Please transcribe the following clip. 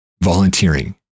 volunteering